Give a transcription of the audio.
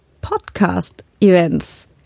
Podcast-Events